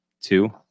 two